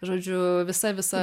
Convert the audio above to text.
žodžiu visa visa